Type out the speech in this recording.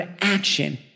action